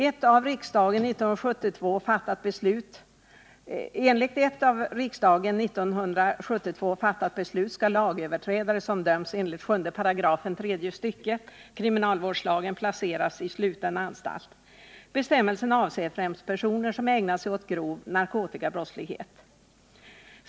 Enligt ett av riksdagen 1972 fattat beslut skall lagöverträdare som döms enligt 7§ tredje stycket kriminalvårdslagen placeras i sluten anstalt. Bestämmelsen avser främst personer som har ägnat sig åt grov narkotikabrottslighet.